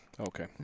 Okay